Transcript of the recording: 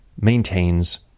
maintains